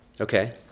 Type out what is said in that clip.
Okay